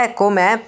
com'è